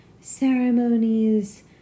ceremonies